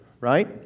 Right